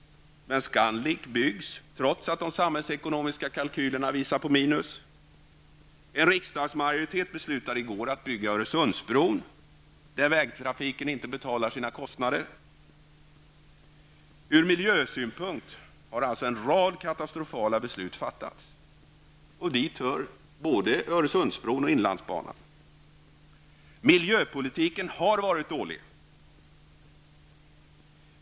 Men ScanLink byggs trots att de samhällsekonomiska kalkylerna visar på minus. En riksdagsmajoritet beslutade i går att bygga Öresundsbron, där vägtrafiken inte betalar sina kostnader. Ur miljösynpunkt har en rad katastrofala beslut fattats. Dit hör både Öresundsbron och inlandsbanan. Miljöpolitiken har varit dålig.